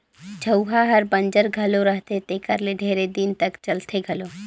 झउहा हर बंजर घलो रहथे तेकर ले ढेरे दिन तक चलथे घलो